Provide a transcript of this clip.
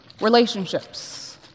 Relationships